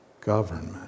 government